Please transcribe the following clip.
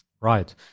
Right